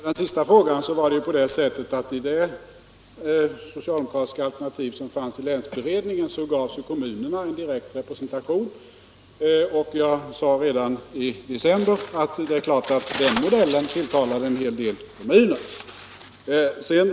Herr talman! Vad gäller den sista frågan var det på det sättet att kommunerna enligt det socialdemokratiska alternativ som fanns i länsberedningens förslag gavs direkt representation. Jag sade redan i december att det var klart att den modellen tilltalade en del kommuner.